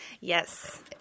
Yes